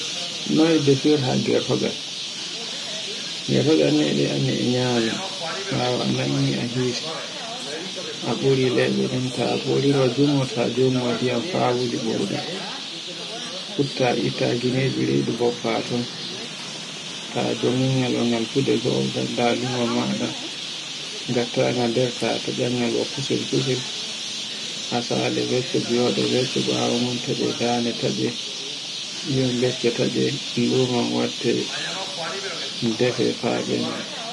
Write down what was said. Noy defeite gerogal. Gerogal ni e anndi e nyame, ɓawo a nangi a hirsi, a ɓuri leɓe den ta buriro jungo ta jomu ndiyan ta wuli ɓurduda. Kuttadi, itta gineje redu bo faa ton. Ta jongi ngal e ngal fude go ngadda lumo maɗa ngattanga nder ta taccal ngal wa kusel-kusel a sali wicca ɓiyoɗe, weccu ɓawongon tacce dande, tacce iyon bacce, tacce nun ngal watte defe faa benda